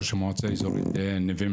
ראש המועצה האזורית נווה מדבר,